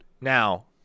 Now